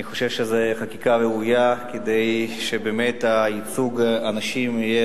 אני חושב שזאת חקיקה ראויה כדי שייצוג הנשים יהיה